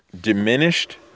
diminished